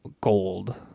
gold